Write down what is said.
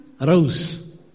rose